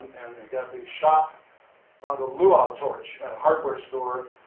and they've got the shop on the luau torch at a hardware store,